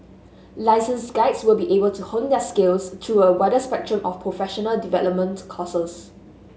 licensed guides will be able to hone their skills through a wider spectrum of professional development courses